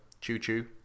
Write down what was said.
Choo-choo